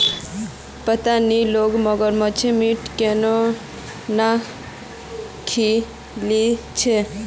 पता नी लोग मगरमच्छेर मीट केन न खइ ली छेक